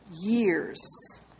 years